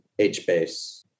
HBase